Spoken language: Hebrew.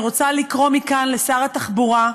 אני רוצה לקרוא מכאן לשר התחבורה,